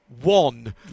One